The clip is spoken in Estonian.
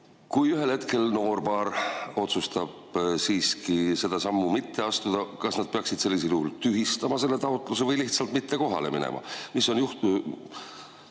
kui ühel hetkel noorpaar otsustab siiski seda sammu mitte astuda, kas nad peaksid sellisel juhul tühistama selle taotluse või lihtsalt mitte kohale minema? Kui need